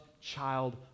child